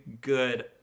good